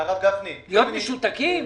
להיות משותקים?